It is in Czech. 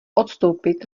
odstoupit